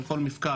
של כל מפקד,